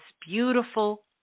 beautiful